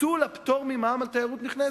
ביטול הפטור ממע"מ על תיירות נכנסת.